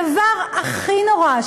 הדבר הכי נורא,